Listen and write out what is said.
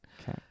Okay